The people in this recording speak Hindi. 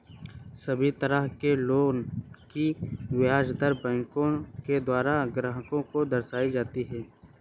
सभी तरह के लोन की ब्याज दर बैंकों के द्वारा ग्राहक को दर्शाई जाती हैं